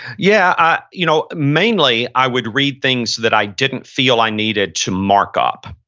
yeah. you know mainly i would read things that i didn't feel i needed to mark up.